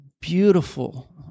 beautiful